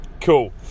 Cool